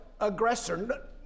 aggressor